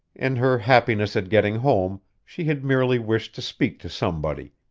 in her happiness at getting home, she had merely wished to speak to somebody,